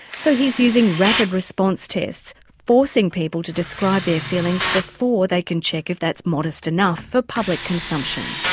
so he's using rapid response tests, forcing people to describe their feelings before they can check if that's modest enough for public consumption.